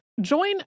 Join